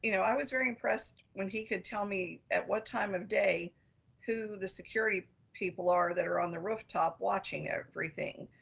you know, i was very impressed when he could tell me at what time of day who the security people are that are on the rooftop watching everything.